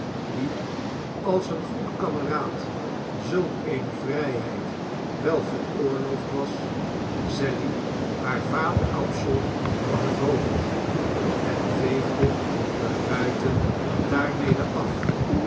wien als een goed kameraad zulk eene vrijheid wel veroorloofd was sally hasir vaal kapsel van het hoofd en veegde de ruiten daarmede af